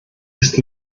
ist